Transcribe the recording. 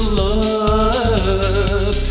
love